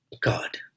God